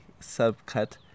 subcut